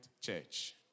church